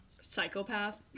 psychopath